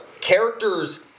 characters